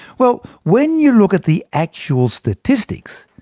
well, when you look at the actual statistics,